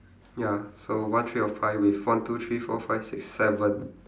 ya so one tray of pie with one two three four five six seven